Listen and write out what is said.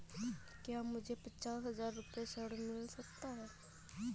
क्या मुझे पचास हजार रूपए ऋण मिल सकता है?